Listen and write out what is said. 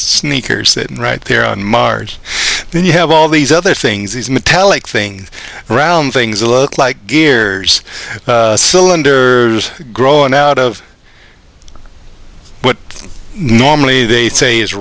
sneakers that right there on mars then you have all these other things these metallic things around things look like gears cylinder growing out of what normally they say is